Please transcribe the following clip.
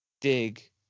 dig